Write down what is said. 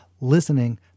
Listening